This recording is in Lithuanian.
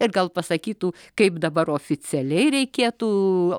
ir gal pasakytų kaip dabar oficialiai reikėtų